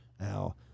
now